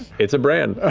it's a brand.